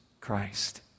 Christ